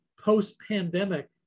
post-pandemic